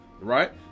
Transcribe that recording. right